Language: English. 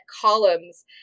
columns